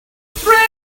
threads